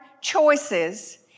choices